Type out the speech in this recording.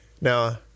Now